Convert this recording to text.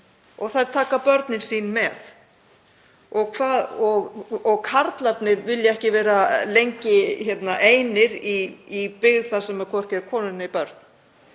og þær taka börnin sín með. Karlarnir vilja ekki vera lengi einir í byggð þar sem hvorki eru konur né börn.